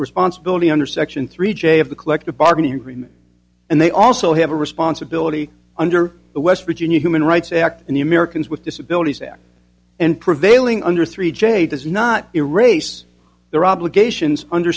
responsibility under section three j of the collective bargaining agreement and they also have a responsibility under the west virginia human rights act and the americans with disabilities act and prevailing under three j does not erase their obligations under